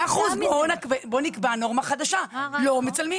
בואו נקבע נורמה חדשה, לא מצלמים.